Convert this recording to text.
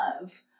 love